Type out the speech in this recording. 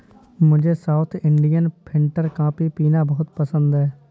मुझे south Indian filter coffee पीना बहुत पसंद है